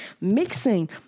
mixing